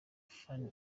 phanny